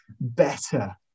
better